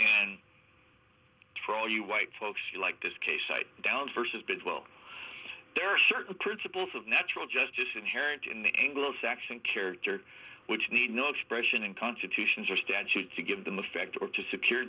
trial you white folks you like this case cite down versus big well there are certain principles of natural justice inherent in the anglo saxon character which need no expression in constitutions or statutes to give them effect or to secure